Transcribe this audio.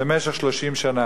במשך 30 שנה.